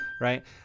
right